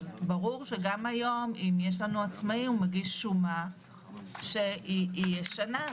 ברור שגם היום אם יש לנו עצמאי הוא מגיש שומה שהיא ישנה,